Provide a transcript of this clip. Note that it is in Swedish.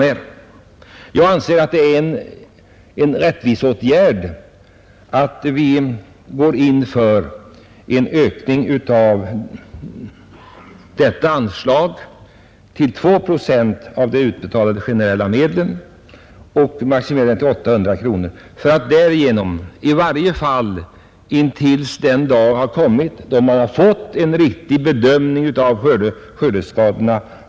Jag anser att det är en rättviseåtgärd att gå in för en ökning av detta anslag till 2 procent av de utbetalade generella medlen, maximerat till 800 000 kronor, i varje fall till dess vi fått möjligheter att göra en riktig bedömning av skördeskadorna.